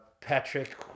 patrick